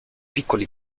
piccoli